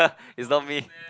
it's not me